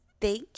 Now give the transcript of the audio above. Thank